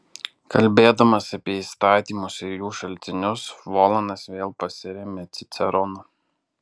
kalbėdamas apie įstatymus ir jų šaltinius volanas vėl pasiremia ciceronu